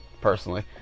personally